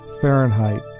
Fahrenheit